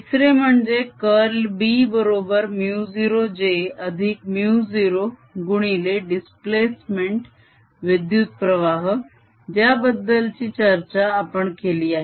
तिसरे म्हणजे curl B बरोबर μ0j अधिक μ0 गुणिले दिस्प्लेसमेंट विद्युत प्रवाह ज्याबद्दल ची चर्चा आपण केली आहे